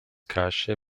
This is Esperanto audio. kaŝe